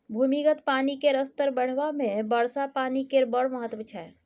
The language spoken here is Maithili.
भूमिगत पानि केर स्तर बढ़ेबामे वर्षा पानि केर बड़ महत्त्व छै